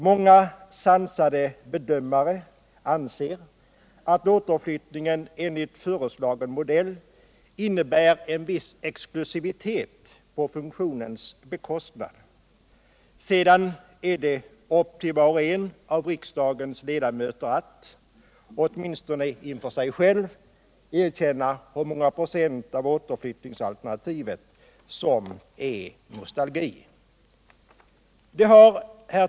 Många sansade bedömare anser att återflyttningsalternativet enligt föreslagen modell innebär en viss exklusivitet på funktionens bekostnad. Sedan ankommer det på var och en av riksdagens ledamöter att, åtminstone inför sig själv, erkänna hur många procent som är nostalgi när det gäller återflyttningsalternativet.